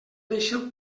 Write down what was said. deixeu